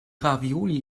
ravioli